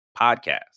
Podcast